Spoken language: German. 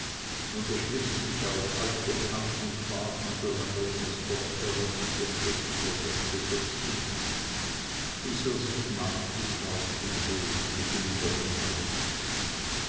und er schlich sich auf altbekannten pfaden so lange um das dorf herum und durch dessen verdeckte gäßchen bis er sich martis haus und hof gegenüber befand